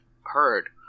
heard